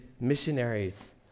missionaries